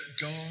God